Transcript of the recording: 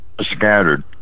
Scattered